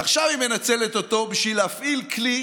ועכשיו היא מנצלת אותו בשביל להפעיל כלי